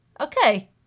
okay